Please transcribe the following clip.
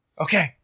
Okay